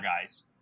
guys